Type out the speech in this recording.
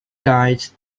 guides